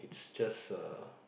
it's just uh